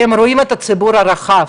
כי הם רואים את הציבור הרחב,